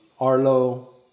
Arlo